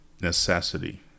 necessity